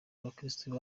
abakirisitu